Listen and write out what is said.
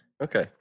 Okay